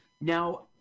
Now